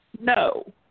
no